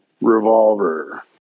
revolver